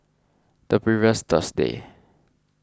the previous Thursday